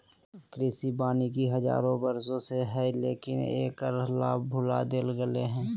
कृषि वानिकी हजारों वर्षों से हइ, लेकिन एकर लाभ भुला देल गेलय हें